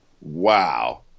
Wow